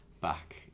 back